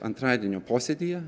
antradienio posėdyje